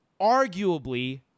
arguably